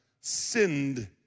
sinned